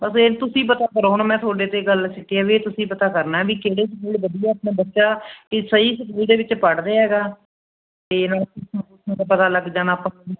ਬਸ ਫਿਰ ਤੁਸੀਂ ਪਤਾ ਕਰੋ ਹੁਣ ਮੈਂ ਤੁਹਾਡੇ 'ਤੇ ਗੱਲ ਸਿੱਟੀ ਹੈ ਵੀ ਇਹ ਤੁਸੀਂ ਪਤਾ ਕਰਨਾ ਹੈ ਵੀ ਕਿਹੜੇ ਸਕੂਲ ਵਧੀਆ ਆਪਣਾ ਬੱਚਾ ਕੀ ਸਹੀ ਸਕੂਲ ਦੇ ਵਿੱਚ ਪੜ੍ਹ ਰਿਹਾ ਗਾ ਅਤੇ ਨਾਲੇ ਕੁਛ ਨਾ ਕੁਛ ਪਤਾ ਲੱਗ ਜਾਣਾ ਆਪਾਂ ਨੂੰ